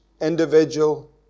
individual